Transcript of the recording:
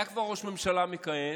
היה כבר ראש ממשלה מכהן